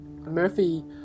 Murphy